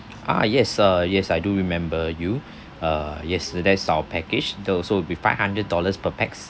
ah yes uh yes I do remember you uh yes uh that's our package the so it will be five hundred dollars per pax